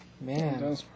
Man